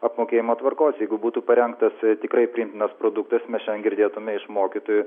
apmokėjimo tvarkos jeigu būtų parengtas tikrai priimtinas produktas mes šiandien girdėtume iš mokytojų